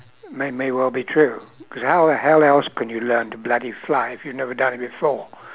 may may well be true because how the hell else could you learn to bloody fly if you'd never done it before